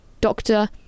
doctor